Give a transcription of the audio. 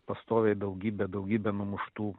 pastoviai daugybę daugybę numuštų